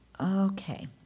Okay